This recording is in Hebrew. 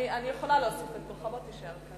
כן, אני יכולה להוסיף את קולך, אז בוא תישאר אתנו.